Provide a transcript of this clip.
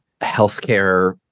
healthcare